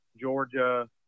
Georgia